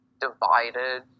divided